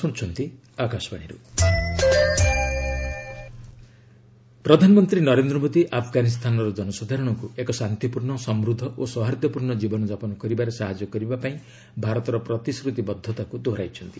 PM Ashraf Ghani ପ୍ରଧାନମନ୍ତ୍ରୀ ନରେନ୍ଦ୍ର ମୋଦୀ ଆଫ୍ଗାନିସ୍ତାନର ଜନସାଧାରଣଙ୍କୁ ଏକ ଶାନ୍ତିପୂର୍ଣ୍ଣ ସମୃଦ୍ଧ ଓ ସୌହାର୍ଦ୍ଦପୂର୍ଣ୍ଣ ଜୀବନଯାପନ କରିବାରେ ସାହାଯ୍ୟ କରିବା ପାଇଁ ଭାରତର ପ୍ରତିଶ୍ରତିବଦ୍ଧତାକୁ ଦୋହରାଇଛନ୍ତି